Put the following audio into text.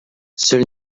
seul